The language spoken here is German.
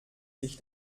sich